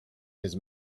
his